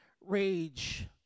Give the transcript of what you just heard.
rage